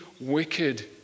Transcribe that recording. wicked